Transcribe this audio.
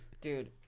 Dude